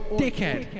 dickhead